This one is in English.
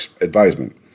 advisement